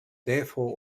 therefore